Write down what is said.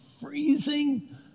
freezing